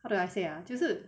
how do I say ah 就是